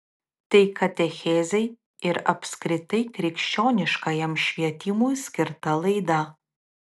tai katechezei ir apskritai krikščioniškajam švietimui skirta laida